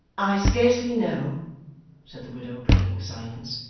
i scarcely know said the widow, breaking silence,